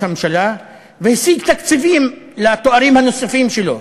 הממשלה והשיג תקציבים לתארים הנוספים שלו,